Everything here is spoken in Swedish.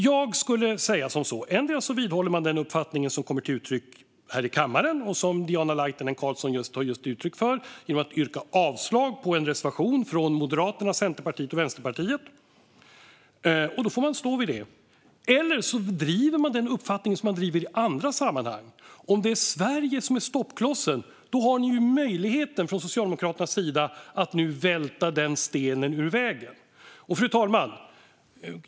Jag skulle säga som så att endera vidhåller man den uppfattning som kommer till uttryck här i kammaren - och som Diana Laitinen Carlsson just har gett uttryck för genom att yrka avslag på en reservation från Moderaterna, Centerpartiet och Vänsterpartiet - och står för det, eller så driver man den uppfattning som man driver i andra sammanhang. Om det är Sverige som är stoppklossen har Socialdemokraterna nu möjligheten att välta den stenen ur vägen. Fru talman!